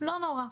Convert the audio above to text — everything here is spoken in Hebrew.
לא נורא,